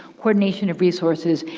coordination of resources,